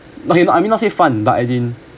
okay I mean not say fun but as in